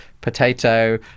potato